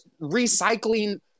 recycling